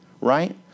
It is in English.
right